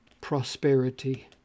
prosperity